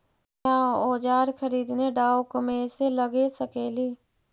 क्या ओजार खरीदने ड़ाओकमेसे लगे सकेली?